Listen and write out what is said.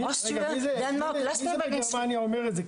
--- רגע מי בגרמניה אומר את זה?